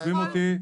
חוסמים אותי מראש.